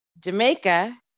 Jamaica